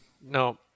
No